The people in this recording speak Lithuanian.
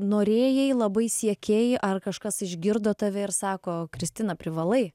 norėjai labai siekėjai ar kažkas išgirdo tave ir sako kristina privalai